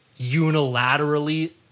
unilaterally